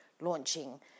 launching